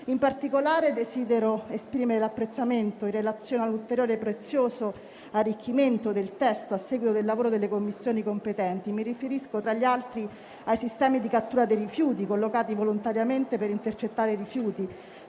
In particolare, desidero esprimere apprezzamento in relazione all'ulteriore e prezioso arricchimento del testo a seguito del lavoro delle Commissioni competenti. Mi riferisco, tra gli altri, ai sistemi di cattura dei rifiuti collocati volontariamente per intercettare rifiuti;